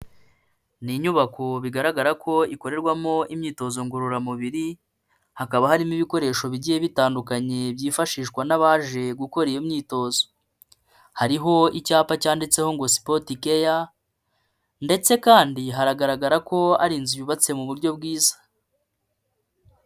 Ni inyubako bigaragara ko ikorerwamo imyitozo ngororamubiri, hakaba harimo ibikoresho bigiye bitandukanye byifashishwa n'abaje gukora iyo myitozo, hariho icyapa cyanditseho ngo Sport care ndetse kandi haragaragara ko ari inzu yubatse mu buryo bwiza.